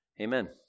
Amen